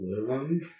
Living